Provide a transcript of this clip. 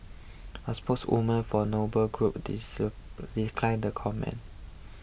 a spokeswoman for Noble Group declined the comment